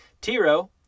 Tiro